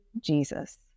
Jesus